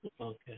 okay